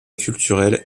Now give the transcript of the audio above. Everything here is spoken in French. culturel